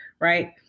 right